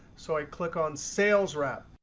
so i click on sales rep.